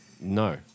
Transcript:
No